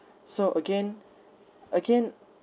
so again again